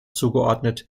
zugeordnet